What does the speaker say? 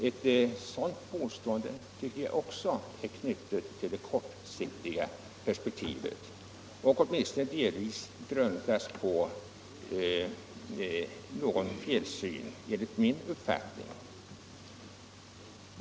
Ett sådant påstående tycker jag också är knutet Kammarrättsorgatill det kortsiktiga perspektivet och åtminstone delvis grundat på en fel = nisationen syn.